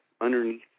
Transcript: underneath